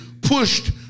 pushed